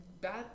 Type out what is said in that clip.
Bad